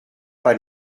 pas